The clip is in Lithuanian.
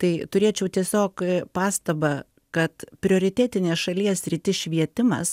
tai turėčiau tiesiog pastabą kad prioritetinė šalies sritis švietimas